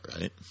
right